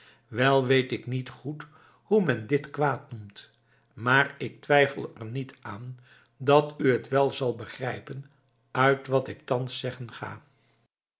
wel weet ik niet goed hoe men dit kwaad noemt maar ik twijfel er niet aan dat u het wel zal begrijpen uit wat ik u thans zeggen ga